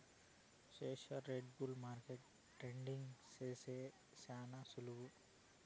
షేర్మార్కెట్ల బుల్ మార్కెట్ల ట్రేడింగ్ సేసేది శాన సులువు